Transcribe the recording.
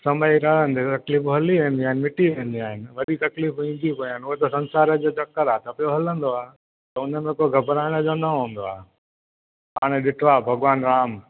समय खां तकलीफ़ूं हली वेंदियूं मिटी वेंदियूं आहिनि वरी तकलीफ़ूं ईंदियूं आहिनि उहे त संसार जो चक्कर आहे त पियो हलंदो आहे त हुन में को घबिराइण जो न हूंदो आहे हाणे ॾिठो आहे भॻवानु राम